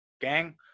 gang